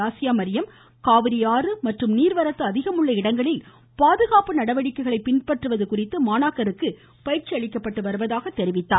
ஆசியாமரியம் காவிரி ஆறு மற்றும் நீர்வரத்து அதிகம் இடங்களில் பாதுகாப்பு நடவடிக்கைகளை பின்பற்றுவது உள்ள குறித்து மாணாக்கருக்கு பயிற்சி அளிக்கப்பட்டு வருவதாக குறிப்பிட்டார்